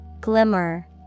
Glimmer